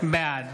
בעד